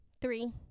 three